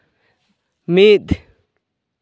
ᱢᱤᱫ